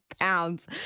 pounds